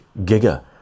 giga